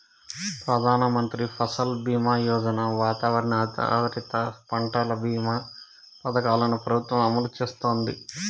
ప్రధాన మంత్రి ఫసల్ బీమా యోజన, వాతావరణ ఆధారిత పంటల భీమా పథకాలను ప్రభుత్వం అమలు చేస్తాంది